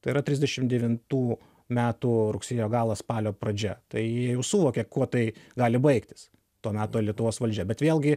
tai yra trisdešim devintų metų rugsėjo galas spalio pradžia tai jie jau suvokė kuo tai gali baigtis to meto lietuvos valdžia bet vėlgi